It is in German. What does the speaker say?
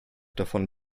davon